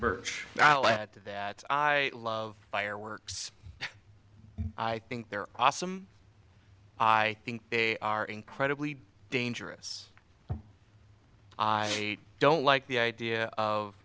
very much i'll add to that i love fireworks i think they're awesome i think they are incredibly dangerous i don't like the idea of